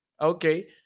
Okay